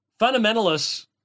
fundamentalists